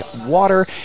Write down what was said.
water